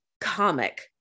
comic